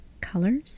colors